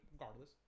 regardless